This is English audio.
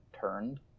turned